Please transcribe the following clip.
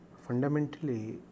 Fundamentally